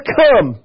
come